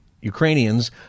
Ukrainians